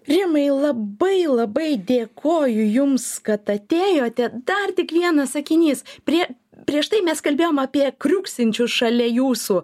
rimai labai labai dėkoju jums kad atėjote dar tik vienas sakinys prie prieš tai mes kalbėjom apie kriuksinčius šalia jūsų